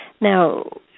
Now